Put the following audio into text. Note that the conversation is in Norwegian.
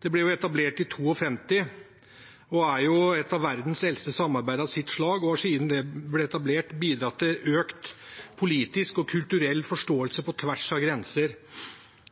Det ble etablert i 1952 og er et av verdens eldste samarbeid av sitt slag. Det har siden det ble etablert, bidratt til økt politisk og kulturell forståelse på tvers av grenser